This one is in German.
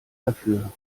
dafür